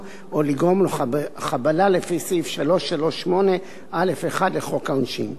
או לגרום לו חבלה לפי סעיף 338(א)(1) לחוק העונשין.